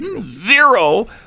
Zero